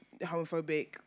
homophobic